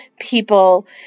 people